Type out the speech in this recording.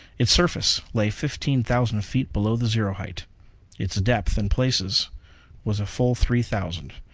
its surface lay fifteen thousand feet below the zero-height its depth in places was a full three thousand.